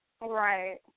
right